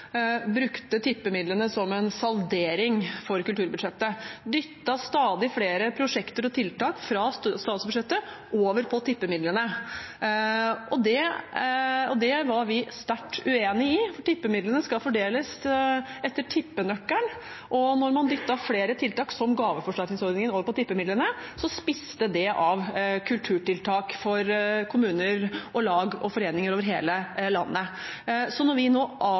brukte tippemidlene som en saldering for kulturbudsjettet. De dyttet stadig flere prosjekter og tiltak fra statsbudsjettet over på tippemidlene. Det var vi sterkt uenig i, for tippemidlene skal fordeles etter tippenøkkelen. Da man dyttet flere tiltak, som gaveforsterkningsordningen, over på tippemidlene, spiste det av kulturtiltak for kommuner, lag og foreninger over hele landet. Når vi nå avvikler gaveforsterkningsordningen, kommer den til å bli fordelt til kulturens andel av